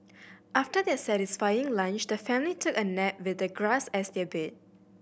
after their satisfying lunch the family took a nap with the grass as their bed